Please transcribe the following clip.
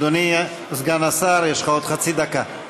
אדוני סגן השר, יש לך עוד חצי דקה.